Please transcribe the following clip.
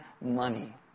money